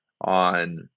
on